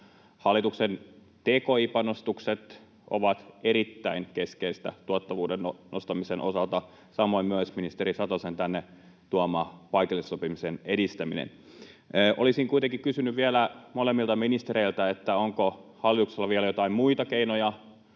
Hallituksen tki-panostukset ovat erittäin keskeisiä tuottavuuden nostamisen osalta, samoin myös ministeri Satosen tänne tuoma paikallisen sopimisen edistäminen. Olisin kuitenkin kysynyt vielä molemmilta ministereiltä: onko hallituksella vielä joitain muita keinoja